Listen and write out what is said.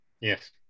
Yes